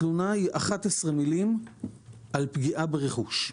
התלונה היא 11 מילים על פגיעה ברכוש.